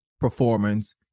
performance